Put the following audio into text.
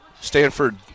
Stanford